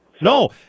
No